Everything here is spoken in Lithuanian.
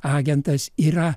agentas yra